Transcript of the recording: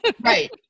Right